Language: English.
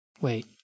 Wait